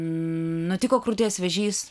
nutiko krūties vėžys